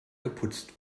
geputzt